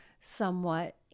somewhat